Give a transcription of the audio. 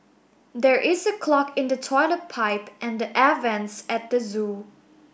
there is a clog in the toilet pipe and the air vents at the zoo